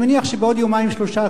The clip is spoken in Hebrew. אני מניח שבעוד יומיים-שלושה,